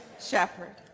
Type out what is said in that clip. shepherd